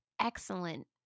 excellent